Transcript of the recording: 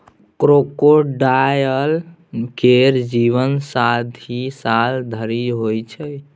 crocodile केर जीबन साठि साल धरि होइ छै